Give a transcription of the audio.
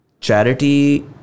charity